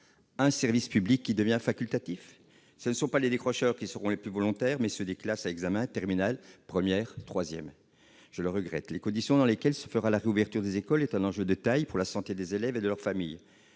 ce service public facultatif. Ce ne sont pas les décrocheurs qui seront les plus volontaires, mais ceux des classes à examen- terminale, première, troisième. Je le regrette. Les conditions dans lesquelles se fera la réouverture des écoles sont un enjeu de taille pour la santé des élèves et de leurs familles,